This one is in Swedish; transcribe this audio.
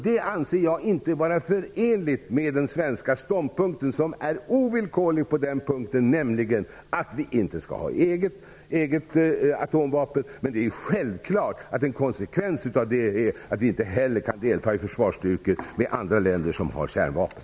Detta anser jag inte vara förenligt med den svenska ståndpunkten, som på denna punkt är ovillkorlig, nämligen att vi inte skall ha egna atomvapen. En konsekvens av detta är självfallet att vi inte heller kan delta i försvarsstyrkor med andra länder som har kärnvapen.